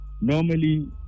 normally